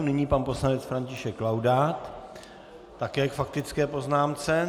Nyní pan poslanec František Laudát také k faktické poznámce.